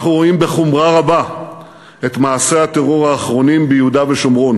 אנחנו רואים בחומרה רבה את מעשי הטרור האחרונים ביהודה ושומרון